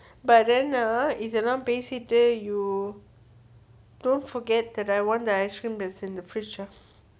but then ah இதெல்லாம் பேசிட்டு:ithellam pesittu don't forget that I want that ice cream in the fridge ah